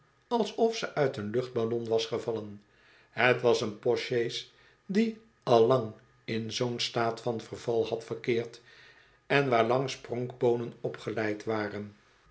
alsof ze uit een luchtballon was gevallen het was een postsjees die al lang in zoo'n staat van verval had verkeerd en waarlangs pronkboonen opgeleid waren